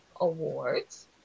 Awards